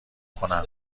کنم